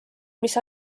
mis